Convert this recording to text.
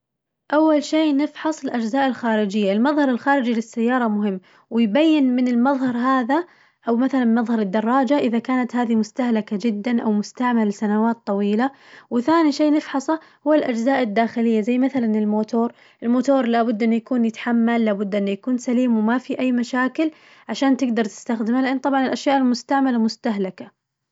أول شي نفحص الأجزاء الخارجية المطهر الخارجي للسيارة مهم، ويبين من المظهر هذا أو مثلاً مظهر الدراجة إذا كانت هذي مستهلكة جداً أو مستعملة سنوات طويلة، وثاني شي نفحصه هو الأجزاء الداخلية زي مثلاً الموتور، الموتور لابد إنه يكون يتحمل لابد إنه يكون سليم وما في أي مشاكل عشان تقدر تستخدمها لأن طبعاً الأشياء المستعملة مستهلكة.